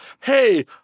Hey